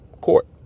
Court